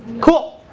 cool.